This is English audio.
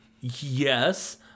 yes